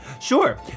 Sure